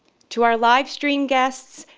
to our live stream guest